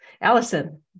Allison